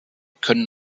können